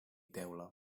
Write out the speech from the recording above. teula